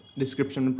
description